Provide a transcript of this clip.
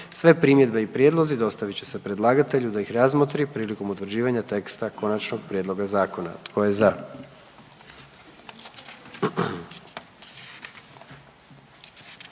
Sve primjedbe i prijedlozi dostavit će se predlagatelju da ih razmotri prilikom utvrđivanja teksta konačnog prijedloga zakona. Tko je za?